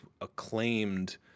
acclaimed